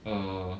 err